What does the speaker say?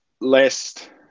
last